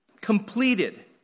Completed